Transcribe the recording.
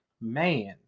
man